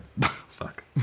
Fuck